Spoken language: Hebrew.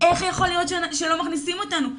איך יכול להיות שלא מכניסים אותנו?